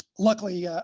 luckily,